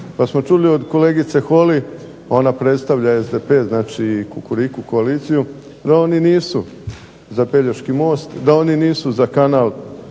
Pa smo čuli od kolegice Holy, ona predstavlja SDP znači i "kukuriku koaliciju" da oni nisu za Pelješki most, da oni nisu za kanal